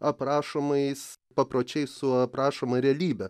aprašomais papročiai su aprašoma realybe